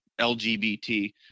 LGBT